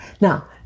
Now